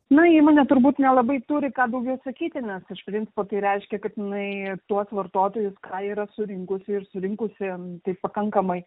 na įmonė turbūt nelabai turi ką daugiau atsakyti nes iš principo tai reiškia kad jinai tuos vartotojus ką yra surinkusi ir surinkusi taip pakankamai